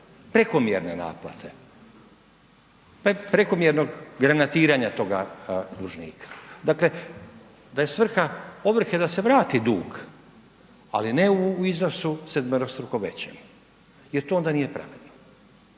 prekomjerne naplate, prekomjernog granatiranja toga dužnika. Dakle, da je svrha ovrhe da se vrati dug, ali u iznosu sedmerostruko većem jer to onda nije pravedno.